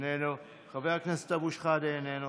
איננו, חבר הכנסת אבו שחאדה, איננו.